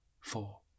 four